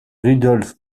rudolph